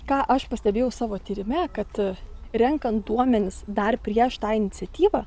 ką aš pastebėjau savo tyrime kad renkant duomenis dar prieš tą iniciatyvą